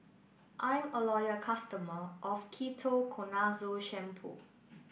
I'm a loyal customer of Ketoconazole Shampoo